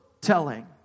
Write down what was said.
telling